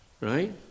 Right